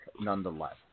nonetheless